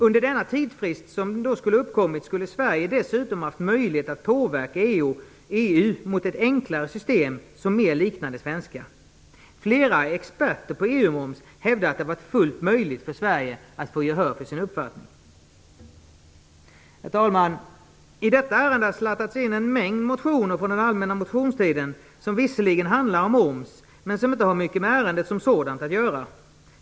Under denna tidsfrist skulle Sverige dessutom haft möjlighet att påverka EU mot ett enklare system som mer liknar det svenska. Flera experter på EU-moms hävdar det varit fullt möjligt för Sverige att få gehör för sin uppfattning. Herr talman! I detta ärende har slattats in en mängd motioner för den allmänna motionstiden som visserligen handlar om moms men som inte har mycket med ärendet som sådant att göra.